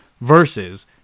versus